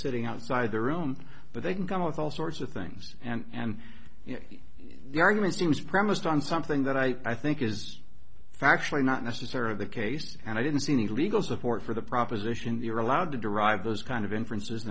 sitting outside their own but they can come up with all sorts of things and the argument seems premised on something that i think is actually not necessarily the case and i didn't see any legal support for the proposition era loud to derive those kind of inferences